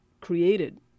created